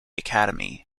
academy